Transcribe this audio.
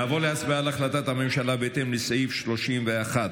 נעבור להצבעה על החלטת הממשלה בהתאם לסעיף 31(א)